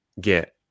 get